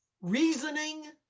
Reasoning